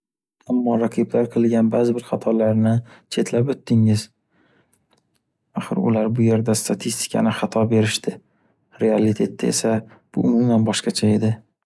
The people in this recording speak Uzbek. Ammo raqiblar qilgan ba’zi bir xatolarno chetlab o’tdingiz. Axir ular bu yerda statistikani xato berishdi. Realitetda esa bu umuman boshqacha edi.